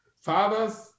fathers